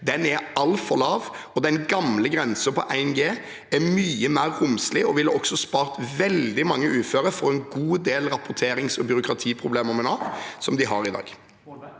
G er altfor lav. Den gamle grensen på 1 G er mye mer romslig og ville også spart veldig mange uføre for en god del rapporterings- og byråkratiproblemer med Nav, som de har i dag.